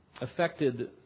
affected